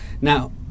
Now